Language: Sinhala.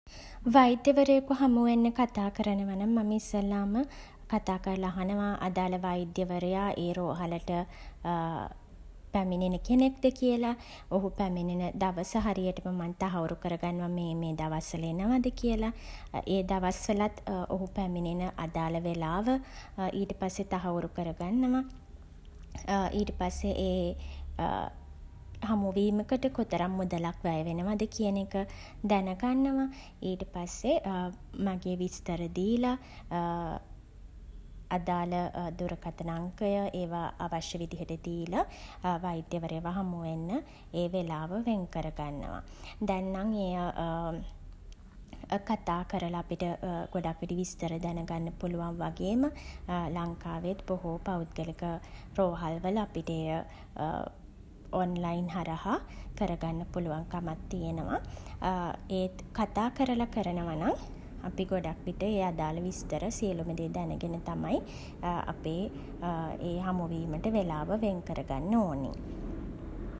වෛද්‍යවරයෙකු හමු වෙන්න කතා කරනව නම් මම ඉස්සෙල්ලාම කතා කරලා අහනවා අදාළ වෛද්‍යවරයා ඒ රෝහලට පැමිණෙන කෙනෙක්ද කියලා. ඔහු පැමිණෙන දවස හරියටම මම තහවුරු කර ගන්නවා මේ මේ දවස් වල එනවද කියලා. ඒ දවස් වලත් ඔහු පැමිණෙන අදාළ වෙලාව ඊට පස්සේ තහවුරු කරගන්නවා. ඊට පස්සේ ඒ හමුවීමකට කොතරම් මුදලක් වැය වෙනවද කියන එක දැන ගන්නවා. ඊට පස්සේ මගේ විස්තර දීල අදාළ දුරකථන අංකය ඒවා අවශ්‍ය විදිහට දීල වෛද්‍යවරයාව හමුවෙන්න ඒ වෙලාව වෙන් කර ගන්නවා. දැන් නම් ඒ කතා කරලා අපිට ගොඩක් විට විස්තර දැන ගන්න පුළුවන් වගේම ලංකාවෙත් බොහෝ පෞද්ගලික රෝහල්වල අපිට එය ඔන්ලයින් හරහා කරගන්න පුළුවන්කමක් තියෙනවා ඒත් කතා කරලා කරනව නම් අපි ගොඩක් විට ඒ අදාළ විස්තර සියලුම දේ දැනගෙන තමයි අපේ ඒ හමුවීමට වෙලාව වෙන් කරගන්න ඕනේ.